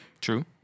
True